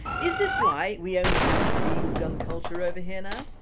is this why we only have an illegal gun culture over here now?